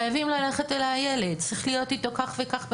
חייבים ללכת לילד, צריך להיות איתי כך וכך.